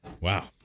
Wow